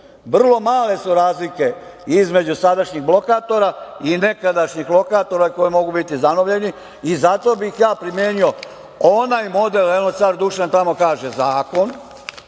male su razlike između sadašnjih blokatora i nekadašnjih lokatora koji mogu biti zanovljeni i zato bih ja primenio onaj model, evo, car Dušan tamo kaže, zakon,